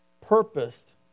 purposed